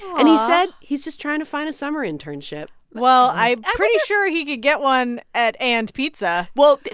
and he said he's just trying to find a summer internship well, i'm i'm pretty sure he could get one at and pizza well,